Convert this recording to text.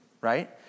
right